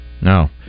No